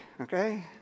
okay